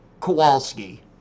Kowalski